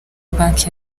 banki